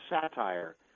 satire